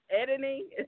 Editing